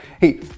Hey